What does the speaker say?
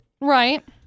right